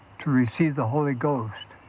to receive the holy ghost,